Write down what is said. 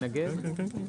מתכוונת לאחר קריאה ראשונה.